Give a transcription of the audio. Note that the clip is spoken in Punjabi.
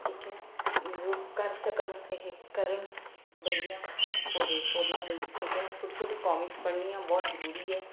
ਠੀਕ ਹੈ ਮੀਨਜ਼ ਉਹ ਕਰ ਸਕਣ ਇਹ ਕਰਨ ਵਧੀਆਂ ਹੋਵੇ ਉਹਨਾਂ ਲਈ ਠੀਕ ਹੈ ਛੋਟੀ ਛੋਟੀ ਕੌਮੀਕਸ ਪੜ੍ਹਨੀਆਂ ਬਹੁਤ ਜ਼ਰੂਰੀ ਹੈ